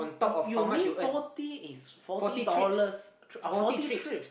you you you mean forty is forty dollars oh forty trips